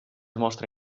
mostra